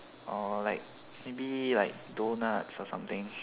or like maybe like donuts or something